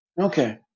Okay